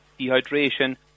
dehydration